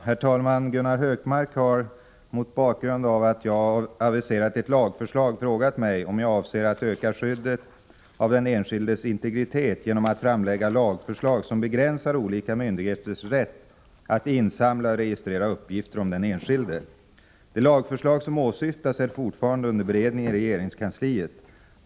Herr talman! Gunnar Hökmark har mot bakgrund av att jag aviserat ett lagförslag frågat mig om jag avser att öka skyddet av den enskildes integritet genom att framlägga lagförslag som begränsar olika myndigheters rätt att insamla och registrera uppgifter om den enskilde. Det lagförslag som åsyftas är fortfarande under beredning i regeringskansliet.